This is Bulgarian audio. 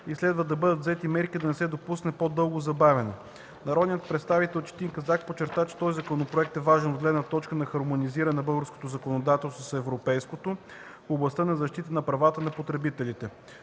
и следва да бъдат взети мерки да не се допусне по-дълго забавяне. Народният представител Четин Казак подчерта, че този законопроект е важен от гледна точка на хармонизиране на българското законодателство с европейското в областта на защитата на правата на потребителите.